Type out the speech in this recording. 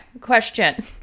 question